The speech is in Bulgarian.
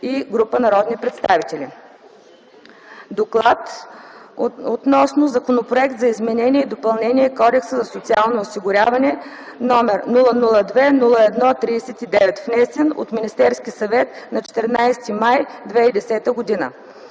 гласуване Законопроект за изменение и допълнение на Кодекса за социално осигуряване, № 002-01-39, внесен от Министерския съвет на 14 май 2010 г.”